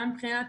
גם מבחינת